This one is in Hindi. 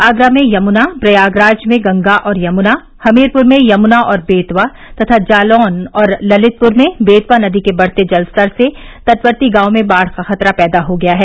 आगरा में यमुना प्रयागराज में गंगा और यमुना हमीरपुर में यमुना और बेतवा तथा जालौन और ललितपुर में बेतवा नदी के बढ़ते जलस्तर से तटवर्ती गांवों में बाढ़ का खतरा पैदा हो गया है